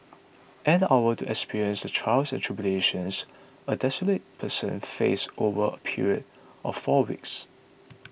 an hour to experience the trials and tribulations a destitute person faces over a period of four weeks